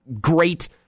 great